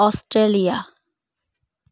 Australia